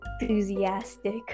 enthusiastic